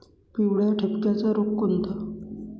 पिवळ्या ठिपक्याचा रोग कोणता?